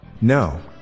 No